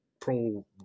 pro